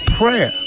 prayer